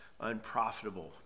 unprofitable